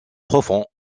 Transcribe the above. profonds